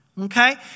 okay